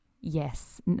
Yes